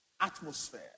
atmosphere